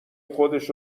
خودش